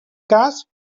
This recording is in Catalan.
cas